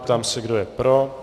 Ptám se, kdo je pro.